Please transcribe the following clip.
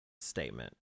statement